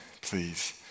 please